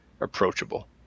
approachable